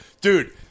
Dude